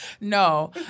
No